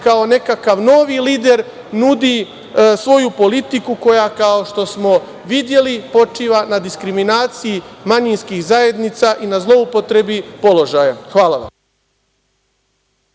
kao nekakav novi lider nudi svoju politiku, koja kao što smo videli, počiva na diskriminaciji manjinskih zajednica i na zloupotrebi položaja. Hvala vam.